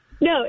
No